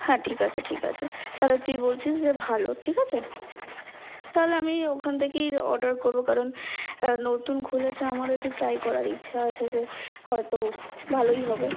হ্যাঁ ঠিক আছে ঠিক আছে তাহলে তুই বলছিস যে ভালো ঠিক আছে তাহলে আমি ওখান থেকেই অর্ডার করবো কারণ নতুন খুলেছে আমারও একটু ট্রাই করার ইচ্ছা আছে যে হয়তো ভালোই হবে